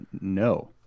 No